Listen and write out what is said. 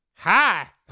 Hi